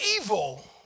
evil